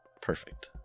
Perfect